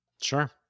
sure